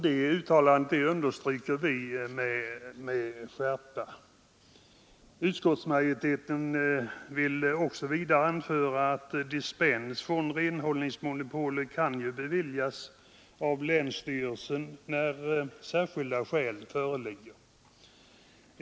Det uttalandet understryker vi med skärpa. Utskottsmajoriteten vill vidare anföra att dispens från renhållningsmonopolet kan beviljas av länsstyrelsen när särskilda skäl föreligger.